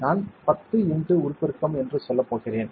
நான் 10 x உருப்பெருக்கம் என்று சொல்லப் போகிறேன்